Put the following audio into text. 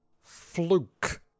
fluke